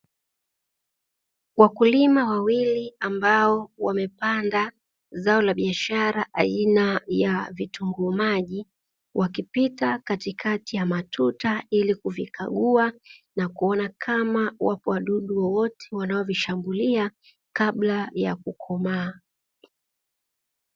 Wakulima wawili ambao wamepanda zao la biashara aina ya vitunguu maji wakipita katikati ya matuta ili kuvikagua, na kuona kama wapo wadudu wowote wanaovishambulia kabla ya kukomaa.